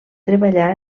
treballar